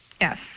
Yes